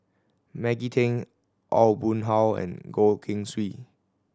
Maggie Teng Aw Boon Haw and Goh Keng Swee